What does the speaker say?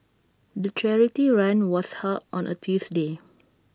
the charity run was held on A Tuesday